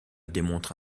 démontre